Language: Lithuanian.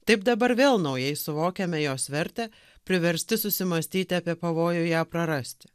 taip dabar vėl naujai suvokiame jos vertę priversti susimąstyti apie pavojų ją prarasti